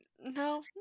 no